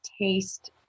taste